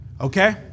okay